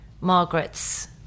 Margaret's